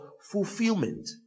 Fulfillment